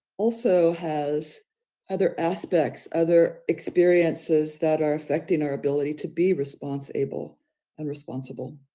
also has other aspects, other experiences that are affecting our ability to be response-able and responsible.